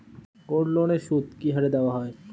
গোল্ডলোনের সুদ কি হারে দেওয়া হয়?